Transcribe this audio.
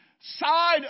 side